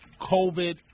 COVID